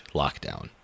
lockdown